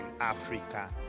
Africa